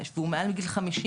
והוא מעל גיל 50,